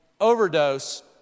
overdose